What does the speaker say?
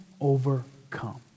overcome